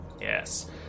Yes